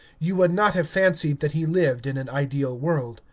you would not have fancied that he lived in an ideal world.